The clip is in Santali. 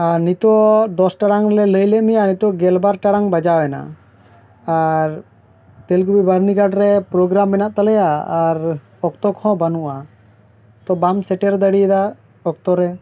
ᱟᱨ ᱱᱤᱛᱚᱜ ᱫᱚᱥ ᱴᱟᱲᱟᱝ ᱞᱮ ᱞᱟᱹᱭ ᱞᱮᱫ ᱢᱮᱭᱟ ᱱᱤᱛᱚᱜ ᱜᱮᱞᱵᱟᱨ ᱴᱟᱲᱟᱝ ᱵᱟᱡᱟᱣ ᱮᱱᱟ ᱟᱨ ᱛᱮᱞᱠᱩᱯᱤ ᱵᱟᱹᱨᱱᱤ ᱜᱷᱟᱴ ᱨᱮ ᱯᱨᱳᱜᱨᱟᱢ ᱮᱱᱟᱜ ᱛᱟᱞᱮᱭᱟ ᱟᱨ ᱚᱠᱛᱚ ᱠᱷᱚᱸ ᱵᱟᱹᱱᱩᱜᱼᱟ ᱛᱚ ᱵᱟᱝ ᱥᱮᱴᱮᱨ ᱫᱟᱲᱮᱭᱟᱫᱟ ᱚᱠᱛᱚ ᱨᱮ